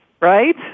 right